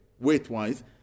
Weight-wise